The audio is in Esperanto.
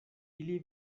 ili